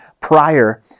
prior